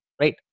right